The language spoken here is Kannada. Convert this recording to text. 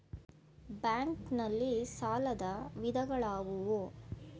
ಬ್ಯಾಂಕ್ ನಲ್ಲಿ ಸಾಲದ ವಿಧಗಳಾವುವು?